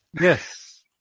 Yes